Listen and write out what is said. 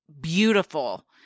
beautiful